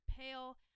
pale